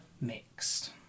mixed